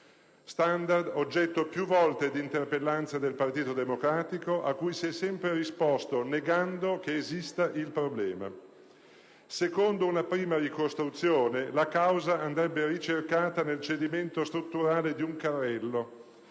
standard oggetto più volte di interpellanze del Partito Democratico, cui si è sempre risposto negando l'esistenza del problema. Secondo una prima ricostruzione, la causa andrebbe ricercata nel cedimento strutturale di un carrello.